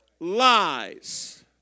lies